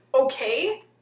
Okay